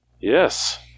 Yes